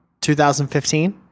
2015